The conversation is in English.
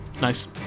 Nice